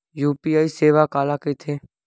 UPI सेवा काला कइथे?